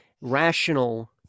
rational